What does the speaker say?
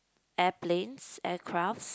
airplanes aircrafts